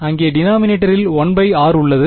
அங்கே டினாமினேட்டரில் 1 r உள்ளது